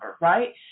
right